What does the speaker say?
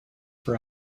for